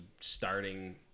starting